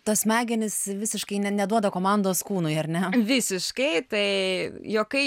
tos smegenys visiškai neduoda komandos kūnui ar ne visiškai tai juokai